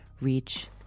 reach